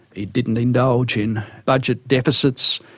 it didn't indulge in budget deficits,